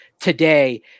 today